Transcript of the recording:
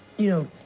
you know,